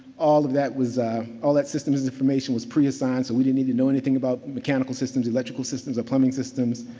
all of that was all that systems information was pre-assigned. so, we didn't need to know anything about mechanical systems, electrical systems, and plumbing systems.